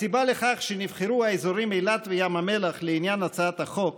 הסיבה לכך שנבחרו האזורים אילת וים המלח לעניין הצעת החוק